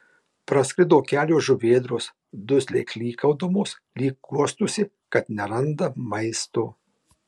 praskrido kelios žuvėdros dusliai klykaudamos lyg guostųsi kad neranda maisto